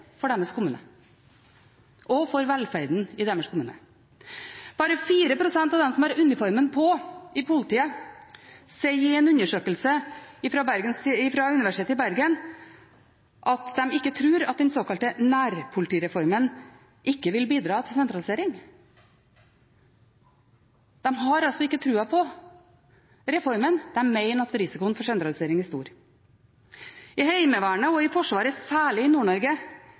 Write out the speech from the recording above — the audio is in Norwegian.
for deres kommune – og for velferden i deres kommune. Bare 4 pst. av dem som har uniformen på i politiet, sier i en undersøkelse fra Universitetet i Bergen at de ikke tror at den såkalte nærpolitireformen ikke vil bidra til sentralisering. De har altså ikke troen på reformen, de mener at risikoen for sentralisering er stor. I Heimevernet og i Forsvaret – særlig i